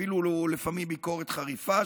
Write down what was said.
אפילו לפעמים ביקורת חריפה,